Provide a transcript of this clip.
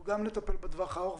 אנחנו גם נטפל בטווח הארוך,